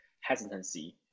hesitancy